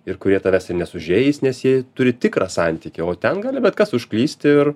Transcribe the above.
ir kurie tavęs ir nesužeis nes jie turi tikrą santykį o ten gali bet kas užklysti ir